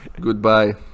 Goodbye